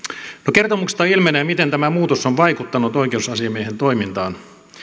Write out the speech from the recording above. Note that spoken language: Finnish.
kertomuksesta ilmenee miten tämä muutos on vaikuttanut oikeusasiamiehen toimintaan